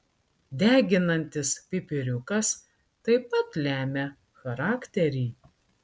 deginantis pipiriukas taip pat lemia charakterį